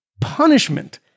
punishment